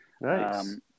Nice